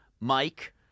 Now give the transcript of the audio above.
Mike